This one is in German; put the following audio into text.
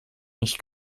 nicht